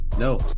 No